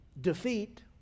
defeat